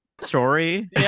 story